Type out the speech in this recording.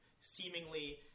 seemingly